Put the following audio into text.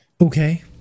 Okay